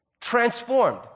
transformed